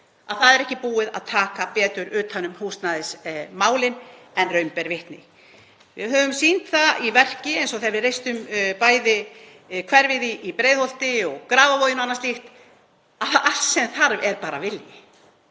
það er ekki búið að taka betur utan um húsnæðismálin en raun ber vitni? Við höfum sýnt það í verki eins og þegar við reistum bæði hverfið í Breiðholti og Grafarvogi og annað slíkt að allt sem þarf er vilji.